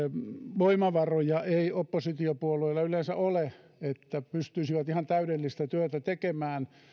voimavaroja ei oppositiopuolueilla yleensä ole että pystyisivät ihan täydellistä työtä tekemään